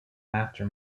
after